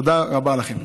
תודה רבה לכם.